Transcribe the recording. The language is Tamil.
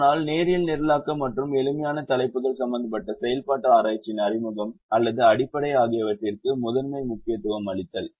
ஆனால் நேரியல் நிரலாக்க மற்றும் எளிமையான தலைப்புகள் சம்பந்தப்பட்ட செயல்பாட்டு ஆராய்ச்சியின் அறிமுகம் அல்லது அடிப்படை ஆகியவற்றிற்கு முதன்மை முக்கியத்துவம் அளித்தல்